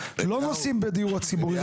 לא נושאים בדיור הציבורי.